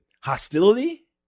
Hostility